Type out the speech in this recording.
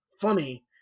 funny